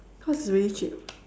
cause it's really cheap